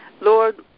Lord